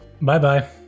Bye-bye